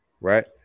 right